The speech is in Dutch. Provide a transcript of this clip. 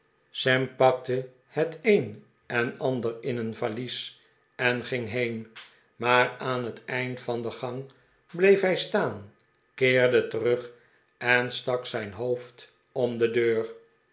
sam pakte bet een en ander in een valies en ging heen maar aan het eind van de gang bleef hij staan keerde terug en stak zijn hoofd om de deur